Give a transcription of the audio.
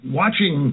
watching